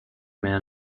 man